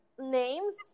names